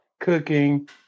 Cooking